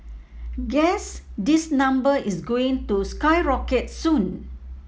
guess this number is going to skyrocket soon